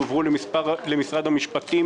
הועברו למשרד המשפטים,